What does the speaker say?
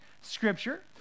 Scripture